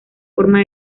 forma